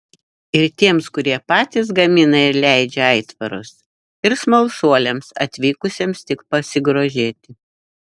ir tiems kurie patys gamina ir leidžia aitvarus ir smalsuoliams atvykusiems tik pasigrožėti